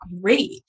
great